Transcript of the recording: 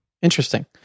interesting